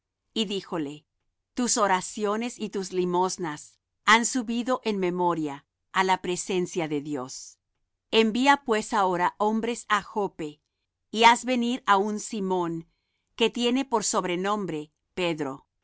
y díjole tus oraciones y tus limosnas han subido en memoria á la presencia de dios envía pues ahora hombres á joppe y haz venir á un simón que tiene por sobrenombre pedro